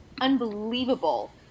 unbelievable